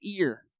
ear